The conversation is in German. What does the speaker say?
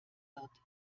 wird